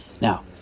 Now